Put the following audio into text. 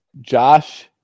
Josh